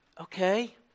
okay